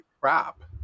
crap